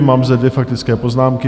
Mám zde dvě faktické poznámky.